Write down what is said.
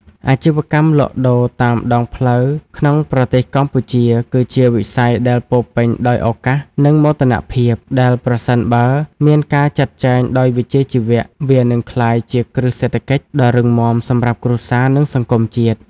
អាជីវកម្មលក់ដូរតាមដងផ្លូវក្នុងប្រទេសកម្ពុជាគឺជាវិស័យដែលពោរពេញដោយឱកាស និងមោទនភាព ដែលប្រសិនបើមានការចាត់ចែងដោយវិជ្ជាជីវៈ វានឹងក្លាយជាគ្រឹះសេដ្ឋកិច្ចដ៏រឹងមាំសម្រាប់គ្រួសារ និងសង្គមជាតិ។